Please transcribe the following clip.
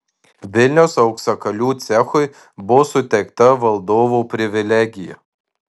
vilniaus auksakalių cechui buvo suteikta valdovo privilegija